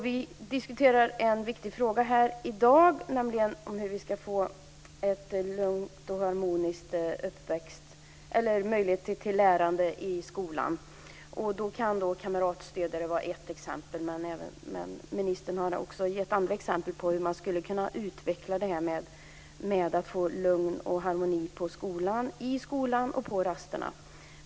Vi diskuterar en viktig fråga i dag, nämligen hur vi ska få möjlighet till ett lugnt och harmoniskt lärande i skolan. Då kan kamratstödjare vara ett exempel, men ministern har också gett andra exempel på hur det går att utveckla lugn och harmoni i skolan och på rasterna.